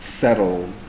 settled